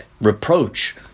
reproach